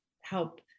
help